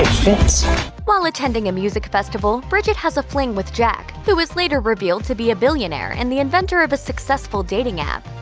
fits while attending a music festival, bridget has a fling with jack, who is later revealed to be a billionaire and the inventor of a successful dating app.